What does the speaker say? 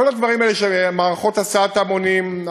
כל הדברים האלה של מערכות הסעת המונים,